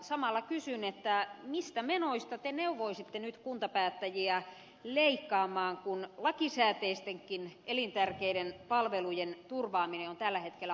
samalla kysyn mistä menoista te neuvoisitte nyt kuntapäättäjiä leikkaamaan kun lakisääteistenkin elintärkeiden palvelujen turvaaminen on tällä hetkellä vaikeaa